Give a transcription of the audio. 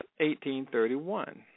1831